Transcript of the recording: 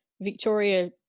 Victoria